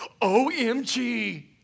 OMG